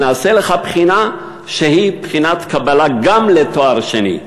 נעשה לך בחינה שהיא בחינת קבלה גם לתואר שני.